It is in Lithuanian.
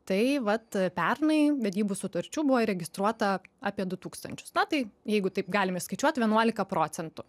tai vat pernai vedybų sutarčių buvo įregistruota apie du tūkstančius na tai jeigu taip galim išskaičiuot vienuolika procentų